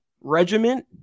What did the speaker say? regiment